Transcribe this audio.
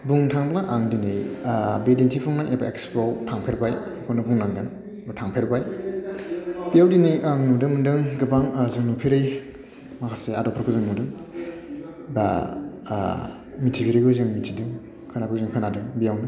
बुंनो थाङोब्ला आं दिनै बे दिनथिफुंनाय एबा एक्सप'आव थांफेरबाय बेखौनो बुंनांगोन बा थांफेरबाय बेयाव दिनै आं नुनो मोनदों गोबां जों नुफेरै माखासै आदबफोरखौ जों नुदों दा मिथिफेरैखौ जों मिथिदों खोनायैखौ जों खोनादों बेयावनो